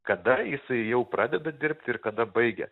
kada jisai jau pradeda dirbt ir kada baigia